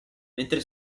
mentre